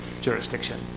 jurisdiction